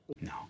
No